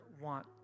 want